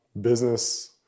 business